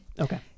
Okay